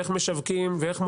לאופן השיווק,